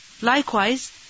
Likewise